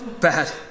Bad